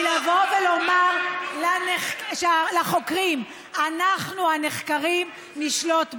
לבוא ולומר לחוקרים: אנחנו הנחקרים נשלוט בכם.